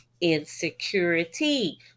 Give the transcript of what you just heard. insecurity